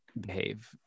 behave